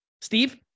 Steve